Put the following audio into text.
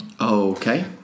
Okay